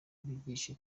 bigisha